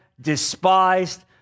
despised